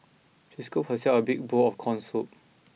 she scooped herself a big bowl of corn soup